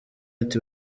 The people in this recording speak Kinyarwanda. ati